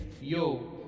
yo